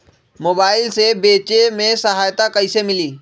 Mobile से बेचे में सहायता कईसे मिली?